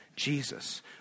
Jesus